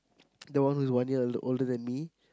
that was just one year older than me